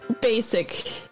basic